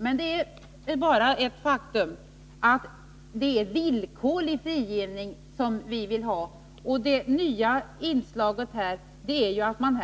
Det är dock ett viktigt faktum att det är villkorlig frigivning vi vill ha, och det nya inslaget är ju att man